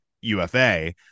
UFA